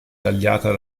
tagliata